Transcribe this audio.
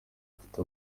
ifite